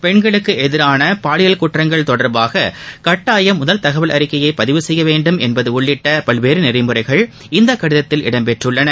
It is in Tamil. பெண்களுக்கு எதிரான பாலியல் குற்றங்கள் தொடர்பாக கட்டாயம் முதல் தகவல் அறிக்கையை பதிவு செய்ய வேண்டும் என்பது உள்ளிட்ட பல்வேறு நெறிமுறைகள் இந்த கடிதத்தில் இடம் பெற்றுள்ளன